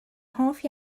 hoff